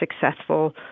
successful